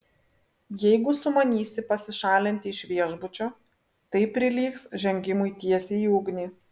jeigu sumanysi pasišalinti iš viešbučio tai prilygs žengimui tiesiai į ugnį